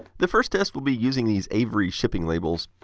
the first test will be using these avery shipping labels.